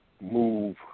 move